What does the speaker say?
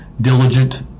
diligent